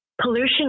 Pollution